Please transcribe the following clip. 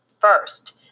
First